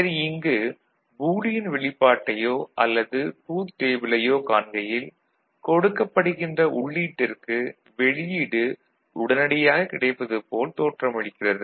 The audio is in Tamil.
சரி இங்கு பூலியன் வெளிப்பாட்டையோ அல்லது ட்ரூத் டேபிளையோ காண்கையில் கொடுக்கப்படுகின்ற உள்ளீட்டிற்கு வெளியீடு உடனடியாக கிடைப்பது போல் தோற்றமளிக்கிறது